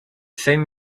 same